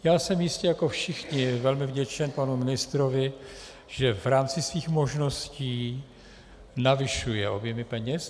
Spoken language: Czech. Já jsem jistě jako všichni velmi vděčen panu ministrovi, že v rámci svých možností navyšuje objemy peněz.